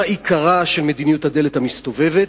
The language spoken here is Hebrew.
מה עיקרה של מדיניות הדלת המסתובבת?